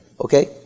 okay